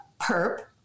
perp